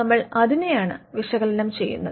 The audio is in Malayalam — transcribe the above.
നമ്മൾ അതിനെയാണ് വിശകലനം ചെയ്യുന്നത്